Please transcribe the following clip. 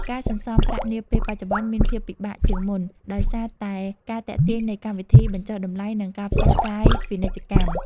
ការសន្សំប្រាក់នាពេលបច្ចុប្បន្នមានភាពពិបាកជាងមុនដោយសារតែការទាក់ទាញនៃកម្មវិធីបញ្ចុះតម្លៃ និងការផ្សព្វផ្សាយពាណិជ្ជកម្ម។